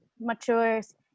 matures